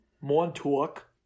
Montauk